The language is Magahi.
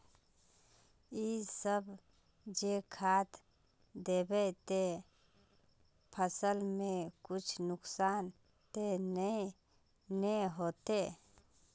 इ सब जे खाद दबे ते फसल में कुछ नुकसान ते नय ने होते